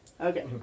Okay